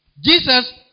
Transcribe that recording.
Jesus